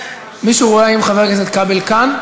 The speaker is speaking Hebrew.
מישהו רואה אם חבר הכנסת כבל כאן?